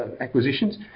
acquisitions